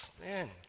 man